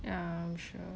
ya I'm sure